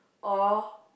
or